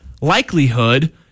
likelihood